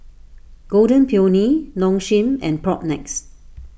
Golden Peony Nong Shim and Propnex